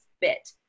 bit